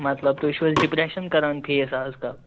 مطلب تُہۍ چھِو حَظ ڈِپریشن کران فیس آز کل